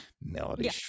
Melody